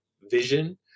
Vision